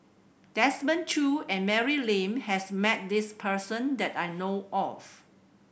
Desmond Choo and Mary Lim has met this person that I know of